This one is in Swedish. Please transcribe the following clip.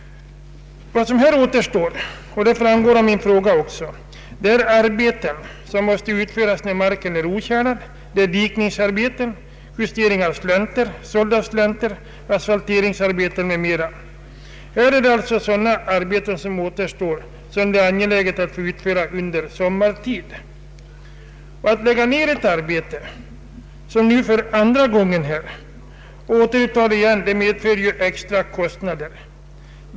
Vad som återstår — det framgår också av min fråga — är arbeten som måste utföras när marken är otjälad: dikningsarbeten, justeringar av slänter, asfalteringsarbeten m.m. De arbeten som återstår är det alltså angeläget att få utförda under sommartid. Att lägga ned ett arbete — i detta fall för andra gången — och sedan återuppta det igen medför extra kostnader.